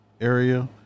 area